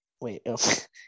wait